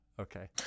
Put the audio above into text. okay